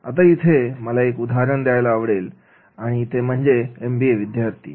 आता इथे मला एक उदाहरण द्यायला आवडेल ते म्हणजे एमबीए विद्यार्थी